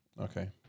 Okay